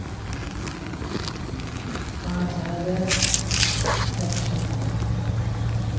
ᱯᱟᱸᱪ ᱦᱟᱡᱟᱨ ᱮᱠᱥᱚ